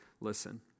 listen